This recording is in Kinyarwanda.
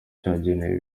cyagenewe